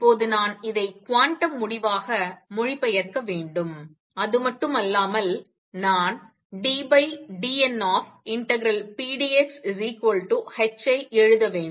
இப்போது நான் இதை குவாண்டம் முடிவாக மொழிபெயர்க்க வேண்டும் அது மட்டுமல்லாமல் நான் ddn∫pdxh ஐ எழுத வேண்டும்